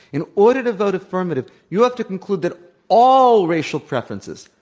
in order to vote affirmative, you have to conclude that all racial preferences,